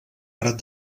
grat